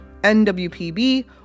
NWPB